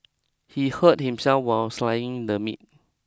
he hurt himself while slicing the meat